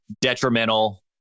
detrimental